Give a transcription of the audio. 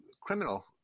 criminal